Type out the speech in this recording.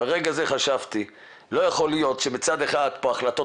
ברגע זה חשבתי: לא יכול להיות שבצד אחד יש את החלטות